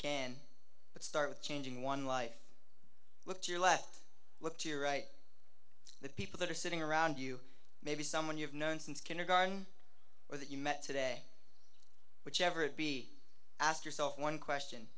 but start with changing one life look to your left look to right the people that are sitting around you maybe someone you've known since kindergarten or that you met today whichever it be ask yourself one question